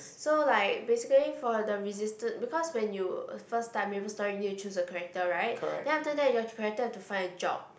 so like basically for the resis~ because when you first time Maplestory then you choose a character right then after that your character have to find a job